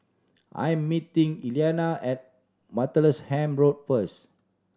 I am meeting Elianna at Martlesham Road first